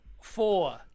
four